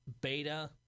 beta